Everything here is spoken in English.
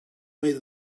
made